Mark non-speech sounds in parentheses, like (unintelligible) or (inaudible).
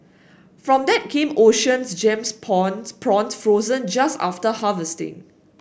from that came Oceans Gems (unintelligible) prawns frozen just after harvesting